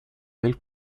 del